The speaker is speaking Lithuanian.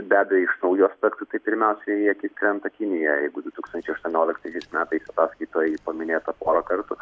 be abejo iš naujų aspektų tai pirmiausia į akis krenta kinija du tūkstančiai aštuonioliktais metais ataskaitoj ji paminėta pora kartų